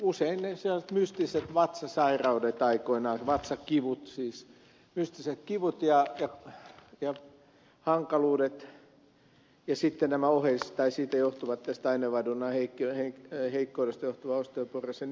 usein sellaiset mystiset vatsasairaudet aikoinaan vatsakivut siis mystiset kivut ja hankaluudet ja sitten tästä aineenvaihdunnan heikkoudesta johtuva osteoporoosi ja niin edelleen